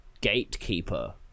gatekeeper